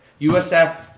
USF